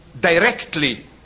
directly